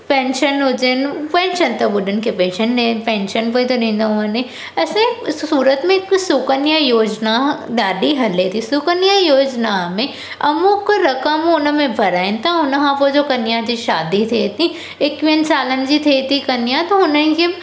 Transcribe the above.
pension हुजनि pension त ॿुढनि खे पेंशन ॾे पेंशन पियो थो ॾींदो वञे असांजे सूरत में हिकु सुकन्या योजना ॾाढी हले थी सुकन्या योजना में अमुक रक़म हुनमें भराइनि था हुनखां पोइ जो कन्या जी शादी थिए थी एकवीहनि सालनि जी थिए थी कन्या त हुननि खे